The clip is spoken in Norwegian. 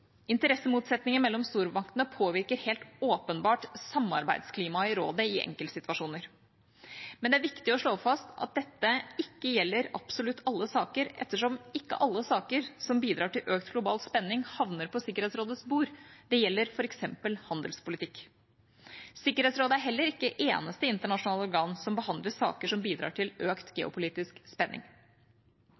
Interessemotsetninger mellom stormaktene påvirker helt åpenbart samarbeidsklimaet i rådet i enkeltsituasjoner. Men det er viktig å slå fast at dette ikke gjelder i absolutt alle saker ettersom ikke alle saker som bidrar til økt global spenning, havner på Sikkerhetsrådets bord. Det gjelder f.eks. handelspolitikk. Sikkerhetsrådet er heller ikke eneste internasjonale organ som behandler saker som bidrar til økt geopolitisk spenning.